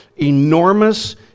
enormous